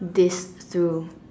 this through